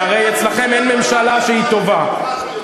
אצלכם הרי אין ממשלה שהיא טובה.